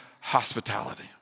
hospitality